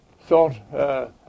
thought